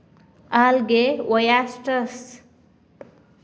algae, oysters